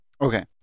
Okay